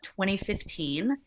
2015